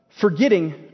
forgetting